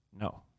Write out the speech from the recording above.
No